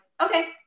Okay